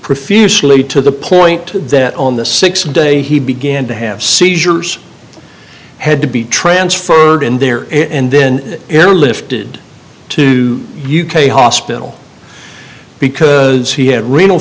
profusely to the point that on the th day he began to have seizures had to be transferred in there and then airlifted to u k hospital because he had renal